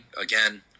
again